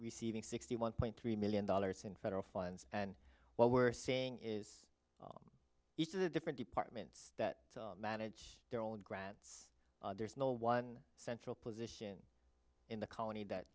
receiving sixty one point three million dollars in federal funds and what we're saying is each of the different people mintz that manage their own grants there's no one central position in the colony that